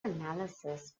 analysis